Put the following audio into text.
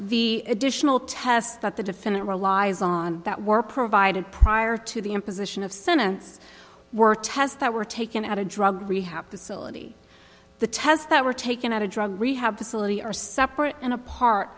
the additional tests that the defendant relies on that were provided prior to the imposition of sentence were tests that were taken at a drug rehab facility the tests that were taken at a drug rehab facility are separate and apart